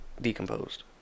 Decomposed